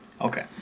Okay